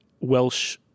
Welsh